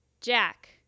Jack